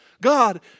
God